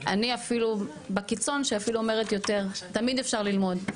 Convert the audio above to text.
אני אפילו בקיצון שאפילו אומרת יותר תמיד אפשר ללמוד,